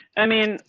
i mean,